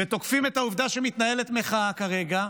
ותוקפים את העובדה שמתנהלת מחאה כרגע,